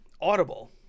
Audible